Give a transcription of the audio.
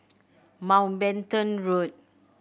Mountbatten Road